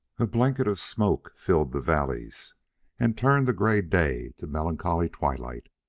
a blanket of smoke filled the valleys and turned the gray day to melancholy twilight.